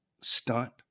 stunt